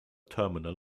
terminal